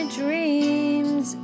dreams